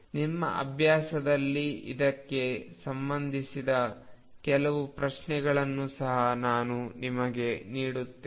ನಿಮ್ಮ ಅಭ್ಯಾಸದಲ್ಲಿ ಇದಕ್ಕೆ ಸಂಬಂಧಿಸಿದ ಕೆಲವು ಪ್ರಶ್ನೆಗಳನ್ನು ಸಹ ನಾನು ನಿಮಗೆ ನೀಡುತ್ತೇನೆ